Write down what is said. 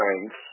thanks